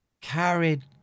carried